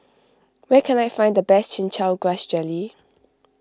where can I find the best Chin Chow Grass Jelly